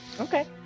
Okay